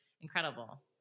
incredible